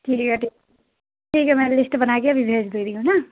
ٹھیک ہے ٹھیک ٹھیک ہے میں لیسٹ بنا کے ابھی بھیج دے رہی ہوں نا